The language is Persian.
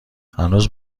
هنوزم